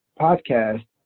podcast